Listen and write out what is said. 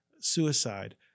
suicide